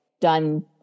done